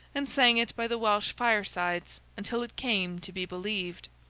and sang it by the welsh firesides until it came to be believed.